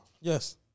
Yes